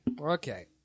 Okay